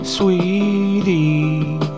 sweetie